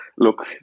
Look